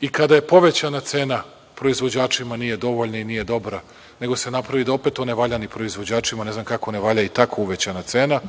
i kada je povećana cena, proizvođačima nije dovoljna i nije dobra, nego se napravi da opet to ne valja ni proizvođačima. Ne znam kako ne valja i tako uvećana cena.